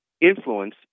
influence